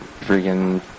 freaking